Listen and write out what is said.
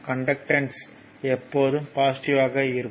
conductance எப்போதும் பாசிட்டிவாக இருக்கும்